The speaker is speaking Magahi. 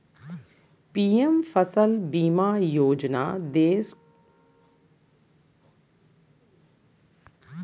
पीएम फसल बीमा योजना के देश में किसान के फसल पर प्राकृतिक आपदा से क्षति पूर्ति करय हई